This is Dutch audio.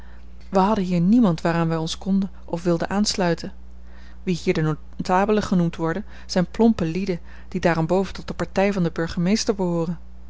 wij hadden hier niemand waaraan wij ons konden of wilden aansluiten wie hier de notabelen genoemd worden zijn plompe lieden die daarenboven tot de partij van den burgemeester behooren